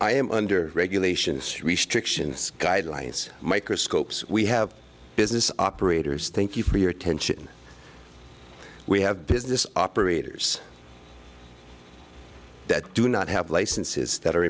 i am under regulations restrictions guidelines microscopes we have business operators thank you for your attention we have business operators that do not have licenses that are